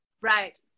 right